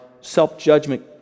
self-judgment